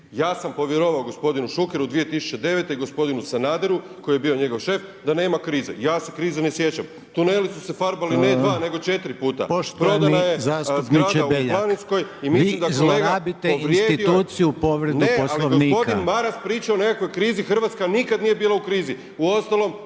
Ja sam povjerovao gospodinu Šukeru 2009. i gospodinu Sanaderu koji je bio njegov šef da nema krize. Ja se krize ne sjećam. Tuneli su se farbali ne dva nego četiri puta. Prodana je zgrada u Planinskoj i mislim da je kolega povrijedio… …/Upadica Reiner: Poštovani zastupniče Beljak, vi zlorabite instituciju povredu Poslovnika./… Ne, ali gospodin Maras priča o nekakvoj krizi, Hrvatska nikad nije bila u krizi. Uostalom